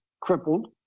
crippled